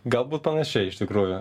galbūt panašiai iš tikrųjų